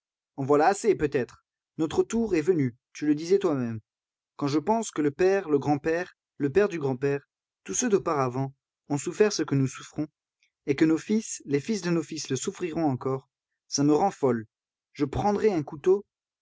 en voilà assez peut-être notre tour est venu tu le disais toi-même quand je pense que le père le grand-père le père du grand-père tous ceux d'auparavant ont souffert ce que nous souffrons et que nos fils les fils de nos fils le souffriront encore ça me rend folle je prendrais un couteau